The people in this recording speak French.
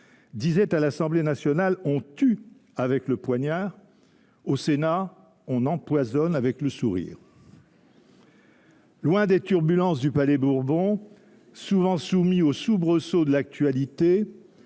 disait :« À l’Assemblée nationale, on tue avec le poignard. Au Sénat, on empoisonne avec le sourire. » Loin des turbulences du Palais-Bourbon, souvent soumis aux soubresauts de l’actualité,